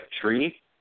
tree